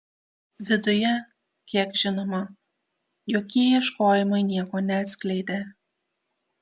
viduje kiek žinoma jokie ieškojimai nieko neatskleidė